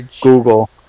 Google